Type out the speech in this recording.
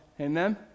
Amen